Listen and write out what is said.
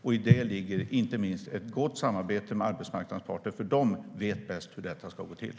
I det ligger inte minst ett gott samarbete med arbetsmarknadens parter. De vet nämligen bäst hur detta ska gå till.